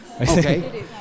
Okay